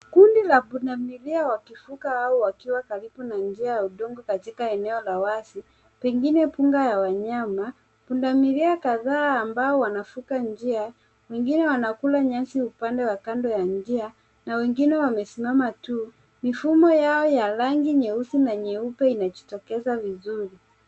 Kundi la punda milia wakivuka au wakiwa karibu na njia ya udongo katika eneo la wazi pengine mbuga ya wanyama. Punda milia kadhaa ambao wanavuka njia wengine wanakula nyasi upande wa kando ya njia na wengine wamesimama tu. Mifumo yao ya rangi nyeusi na nyeupe inajitokeza vizuri.